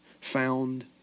found